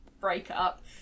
breakup